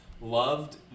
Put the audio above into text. Loved